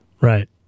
Right